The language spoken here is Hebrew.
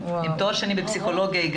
עם תואר שני בפסיכולוגיה.